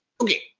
Okay